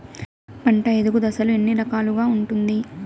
పంట ఎదుగు దశలు ఎన్ని రకాలుగా ఉంటుంది?